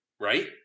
right